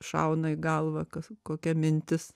šauna į galvą kas kokia mintis